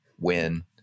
win